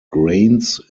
grains